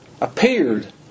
appeared